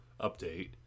Update